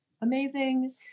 amazing